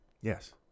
Yes